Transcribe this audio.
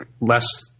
less